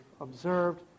observed